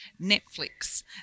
Netflix